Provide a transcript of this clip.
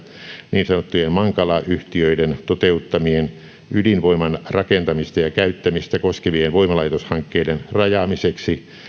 niin sanottujen mankala yhtiöiden toteuttamien ydinvoiman rakentamista ja käyttämistä koskevien voimalaitoshankkeiden rajaamiseksi